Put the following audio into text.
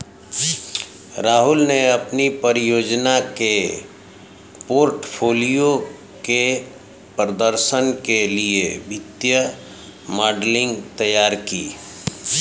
राहुल ने अपनी परियोजना के पोर्टफोलियो के प्रदर्शन के लिए वित्तीय मॉडलिंग तैयार की